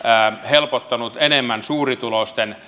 helpottanut enemmän suurituloisten